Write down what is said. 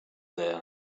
there